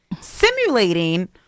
simulating